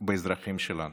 באזרחים שלנו.